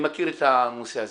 מי מכיר את הנושא הזה?